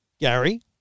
Gary